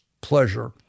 pleasure